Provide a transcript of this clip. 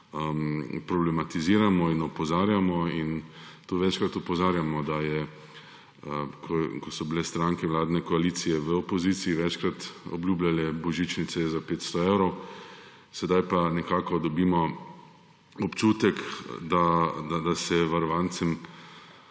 problematiziramo in opozarjamo. Večkrat opozarjamo, da ko so bile stranke vladne koalicije v opoziciji, so večkrat obljubljale božičnice za 500 evrov, sedaj pa nekako dobimo občutek, da se varovancem